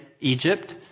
Egypt